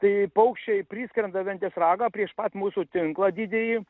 tai paukščiai priskrenda į ventės ragą prieš pat mūsų tinklą didįjį